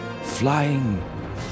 Flying